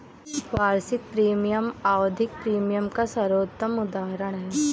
वार्षिक प्रीमियम आवधिक प्रीमियम का सर्वोत्तम उदहारण है